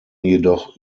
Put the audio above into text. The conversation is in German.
jedoch